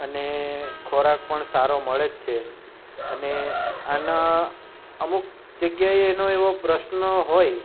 અને ખોરાક પણ સારો મળે જ છે અને આના અમુક જગ્યાએ એનો એવો પ્રશ્ન હોય